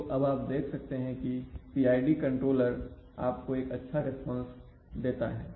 तो अब आप देख सकते हैं कि PID कंट्रोलर आपको एक अच्छा रिस्पांस देता है